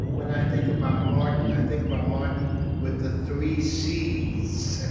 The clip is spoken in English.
when i think about martin, i think about martin with the three c's